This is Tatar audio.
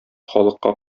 халыкка